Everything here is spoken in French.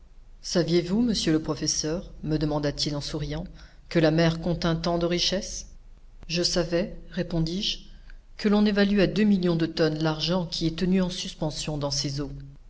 saviez-vous monsieur le professeur me demanda-t-il en souriant que la mer contînt tant de richesse je savais répondis-je que l'on évalue à deux millions de tonnes l'argent qui est tenu en suspension dans ses eaux